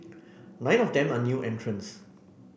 nine of them are new entrants